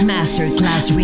Masterclass